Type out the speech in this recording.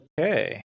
Okay